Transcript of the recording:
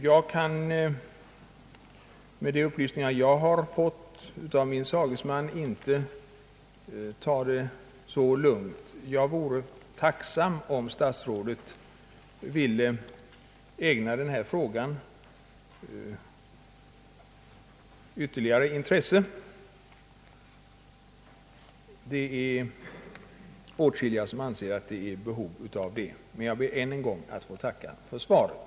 Jag kan med de upplysningar jag har fått av min sagesman inte ta det lika lugnt. Jag vore tacksam om statsrådet ville ägna denna fråga ytterligare intresse. Det är åtskilliga som anser att det behövs. Slutligen ber jag att än en gång få tacka för svaret.